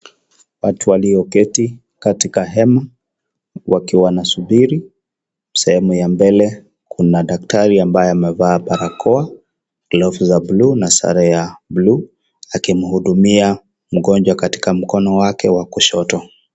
Watu walioketi katika hema, wakiwa wanasubiri. Sehemu ya mbele, kuna daktari ambaye amevaa barakoa, glovu za blue , na sare ya blue , akimhudumia mgonjwa katika mkono wake wa kushoto.